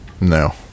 No